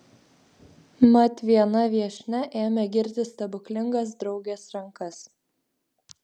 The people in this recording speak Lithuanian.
mat viena viešnia ėmė girti stebuklingas draugės rankas